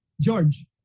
George